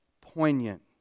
poignant